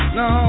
no